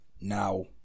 now